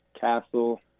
Castle